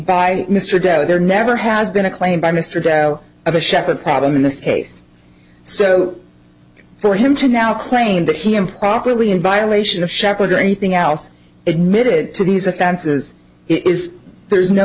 by mr dowd there never has been a claim by mr darrow of a shepherd problem in this case so for him to now claim that he improperly in violation of sheppard or anything else admitted to these offenses it is there's no